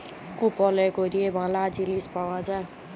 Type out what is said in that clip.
কুপলে ক্যরে ম্যালা জিলিস পাউয়া যায়